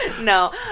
No